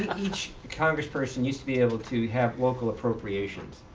each congressperson used to be able to have local appropriations.